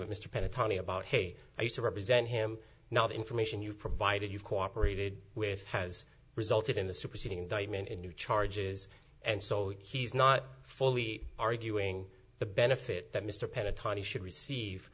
with mr pena tony about hey i used to represent him not information you provided you cooperated with has resulted in the superseding indictment in new charges and so he's not fully arguing the benefit that mr pena tiny should receive